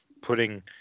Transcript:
putting